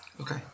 Okay